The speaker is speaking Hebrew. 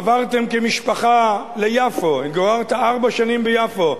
עברתם כמשפחה ליפו, התגוררת ארבע שנים ביפו.